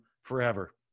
forever